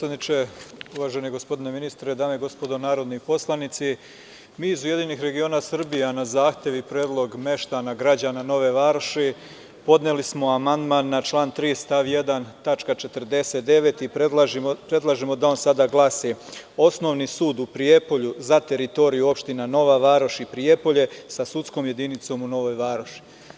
Uvaženi gospodine ministre, dame i gospodo narodni poslanici, mi iz URS a na zahtev i predlog meštana građana Nove Varoši podneli smo amandman na član 3. stav 1. tačka 49 i predlažemo da on sada glasi – Osnovni sud u Prijepolju za teritoriju opština Nova Varoš i Prijepolje, sa sudskom jedinicom u Novoj Varoši.